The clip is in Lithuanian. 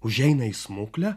užeina į smuklę